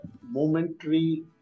momentary